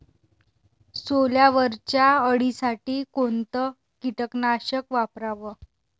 सोल्यावरच्या अळीसाठी कोनतं कीटकनाशक वापराव?